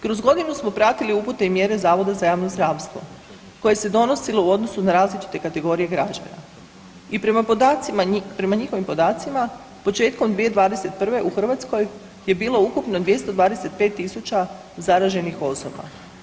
Kroz godinu smo pratili upute i mjera Zavoda za javno zdravstvo koje se donosilo u odnosu na različite kategorije građana i prema njihovim podacima, početkom 2021. u Hrvatskoj je bilo ukupno 225 tisuća zaraženih osoba.